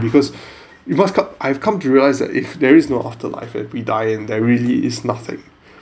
because you must I've come to realize that if there is no afterlife and we die and there really is nothing